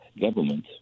government